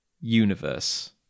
universe